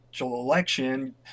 election